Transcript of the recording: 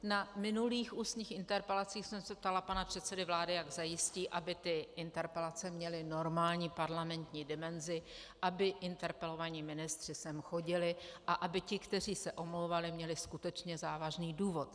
Na minulých ústních interpelacích jsem se ptala pana předsedy vlády, jak zajistí, aby interpelace měly normální parlamentní dimenzi, aby interpelovaní ministři sem chodili a aby ti, kteří se omlouvali, měli skutečně závažný důvod.